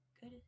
good